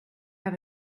have